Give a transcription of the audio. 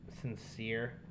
sincere